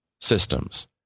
systems